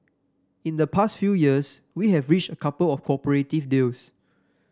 in the past few years we have reached a couple of cooperative deals